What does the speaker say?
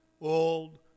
old